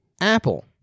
Apple